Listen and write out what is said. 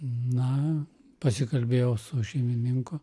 na pasikalbėjau su šeimininku